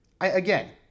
Again